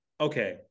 Okay